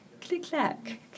click-clack